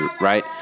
right